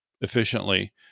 efficiently